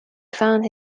found